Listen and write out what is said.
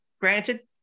Granted